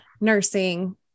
nursing